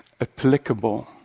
applicable